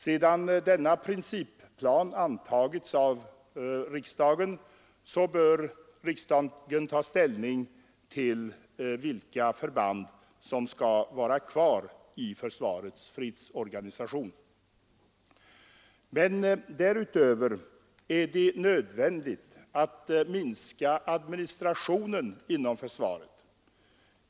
Sedan denna principplan antagits av riksdagen bör riksdagen ta ställning till vilka förband som skall vara kvar i fredsorganisationen. Men därutöver är det nödvändigt att minska administrationen inom försvaret.